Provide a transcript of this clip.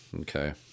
Okay